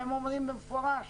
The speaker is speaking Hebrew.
הם אומרים במפורש